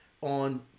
on